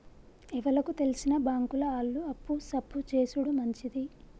ఎవలకు తెల్సిన బాంకుల ఆళ్లు అప్పు సప్పు జేసుడు మంచిది